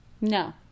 No